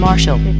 Marshall